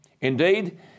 Indeed